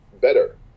better